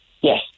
yes